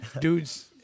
dude's